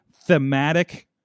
thematic